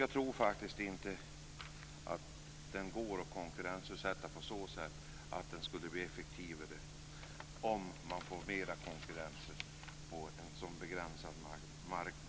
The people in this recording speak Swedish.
Jag tror faktiskt inte att det går att konkurrensutsätta postservicen på ett sådant sätt att den blir effektivare, dvs. genom fler konkurrenter på en så begränsad marknad.